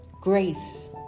grace